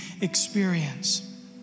experience